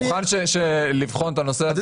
אני מוכן לבחון את הנושא הזה ולחזור אליך עם תשובה.